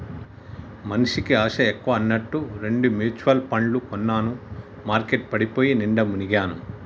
మనిషికి ఆశ ఎక్కువ అన్నట్టు రెండు మ్యుచువల్ పండ్లు కొన్నాను మార్కెట్ పడిపోయి నిండా మునిగాను